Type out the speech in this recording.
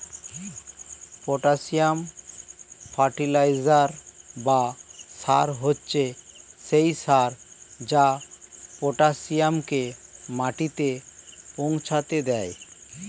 potassium fertiliser বা সার হচ্ছে সেই সার যা পটাসিয়ামকে মাটিতে পৌঁছাতে দেয়